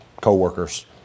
co-workers